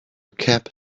cab